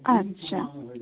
আচ্ছা